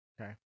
Okay